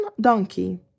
donkey